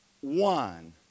one